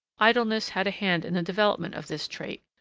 idleness had a hand in the development of this trait,